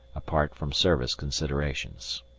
apart from service considerations.